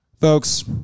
folks